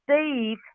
Steve